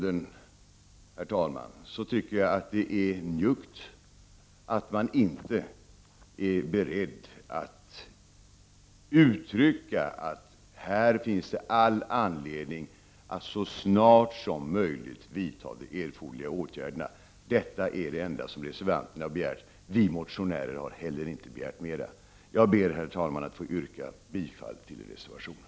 Mot denna bakgrund tycker jag att det är njuggt att man inte är beredd att uttrycka att det finns all anledning att så snart som möjligt vidta de erforderliga åtgärderna. Detta är det enda reservanterna har begärt. Vi motionärer har inte heller begärt mera. Herr talman! Jag ber att få yrka bifall till reservationen.